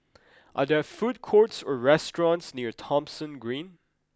are there food courts or restaurants near Thomson Green